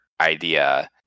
idea